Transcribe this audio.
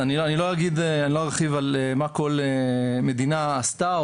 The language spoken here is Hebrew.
אני לא ארחיב מה כל מדינה עשתה,